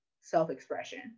self-expression